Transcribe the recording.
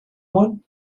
one